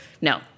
No